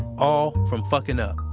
all from fucking up.